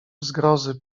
zgrozy